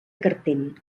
cartell